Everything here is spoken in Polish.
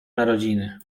narodziny